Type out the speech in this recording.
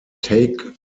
take